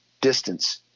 distance